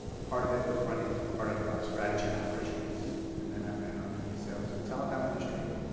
part of it was running part of strategy and operations and then i ran our media sales to the telecom industry.